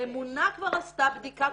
הממונה כבר עשתה בדיקה,